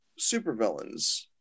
supervillains